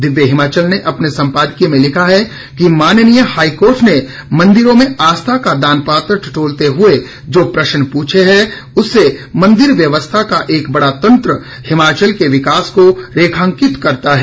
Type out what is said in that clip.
दिव्य हिमाचल ने अपने सम्पादकीय में लिखा है कि माननीय हाईकोर्ट ने मंदिरों में आस्था का दानपत्र टटोलते हुए जो प्रश्न प्रछे हैं उससे मंदिर व्यवस्था का एक बड़ा तंत्र हिमाचल के विकास को रेखांकित करता है